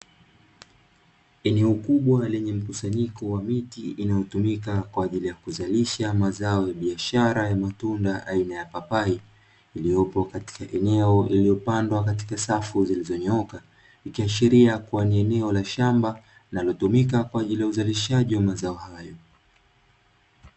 Eneo kubwa lenye mkusanyiko wa miti inayotumika kwa ajili ya kuzalisha mazao ya biashara ya matunda aina ya papai, iliyopo katika eneo lililopandwa kwa safu zilizonyooka, ikiashiria ni eneo ka shamba linalotumika kwa ajili ya uzalishaji wa mazao.